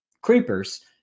Creepers